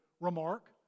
remark